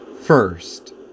First